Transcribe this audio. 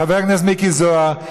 חבר הכנסת מיקי זוהר,